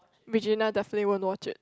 Regina definitely won't watch it